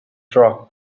drug